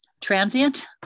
transient